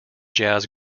jazz